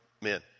men